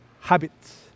habits